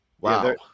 Wow